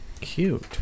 Cute